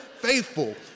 Faithful